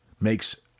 makes